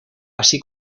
así